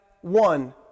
one